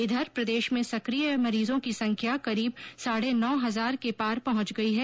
इधर प्रदेश में सकिय मरीजों की संख्या करीब साढे नौ हजार के पार पहुंच गई है